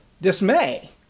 dismay